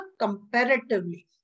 comparatively